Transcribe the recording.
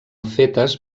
fetes